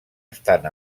estan